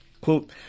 Quote